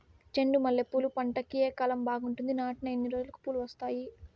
చెండు మల్లె పూలు పంట కి ఏ కాలం బాగుంటుంది నాటిన ఎన్ని రోజులకు పూలు వస్తాయి